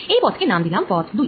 এই পথ কে নাম দিলাম পথ দুই